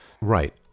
right